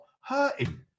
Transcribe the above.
hurting